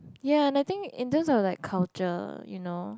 ya I think in term of like culture you know